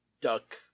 duck